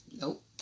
Nope